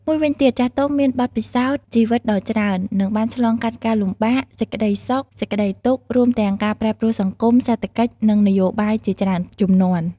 មួយវិញទៀតចាស់ទុំមានបទពិសោធន៍ជីវិតដ៏ច្រើន និងបានឆ្លងកាត់ការលំបាក សេចក្ដីសុខ សេចក្ដីទុក្ខ រួមទាំងការប្រែប្រួលសង្គម សេដ្ឋកិច្ច និងនយោបាយជាច្រើនជំនាន់។